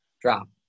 drop